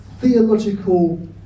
theological